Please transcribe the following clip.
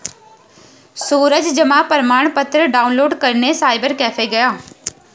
सूरज जमा प्रमाण पत्र डाउनलोड करने साइबर कैफे गया